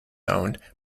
owned